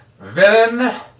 Villain